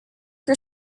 for